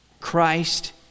Christ